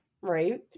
Right